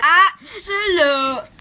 absolute